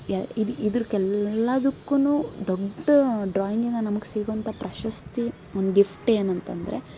ಯ ಇದು ಇದಕ್ಕೆಲ್ಲದಕ್ಕೂ ದೊಡ್ಡ ಡ್ರಾಯಿಂಗಿಂದ ನಮಗೆ ಸಿಗುವಂಥ ಪ್ರಶಸ್ತಿ ಒಂದು ಗಿಫ್ಟ್ ಏನಂತ ಅಂದ್ರೆ